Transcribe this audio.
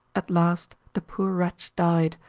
at last the poor wretch died,